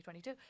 2022